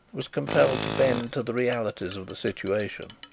was compelled to bend to the realities of the situation.